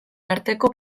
arteko